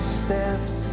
steps